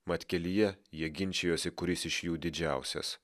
mat kelyje jie ginčijosi kuris iš jų didžiausias